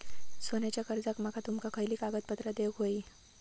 सोन्याच्या कर्जाक माका तुमका खयली कागदपत्रा देऊक व्हयी?